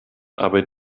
aber